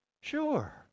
Sure